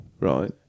right